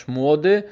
młody